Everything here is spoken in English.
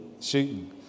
shooting